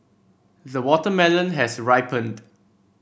the watermelon has ripened